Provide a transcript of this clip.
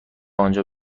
آنجا